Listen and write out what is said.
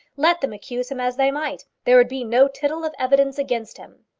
let them accuse him as they might, there would be no tittle of evidence against him.